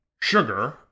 sugar